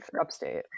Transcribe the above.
upstate